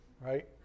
right